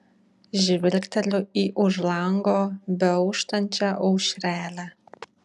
žvilgteliu į už lango beauštančią aušrelę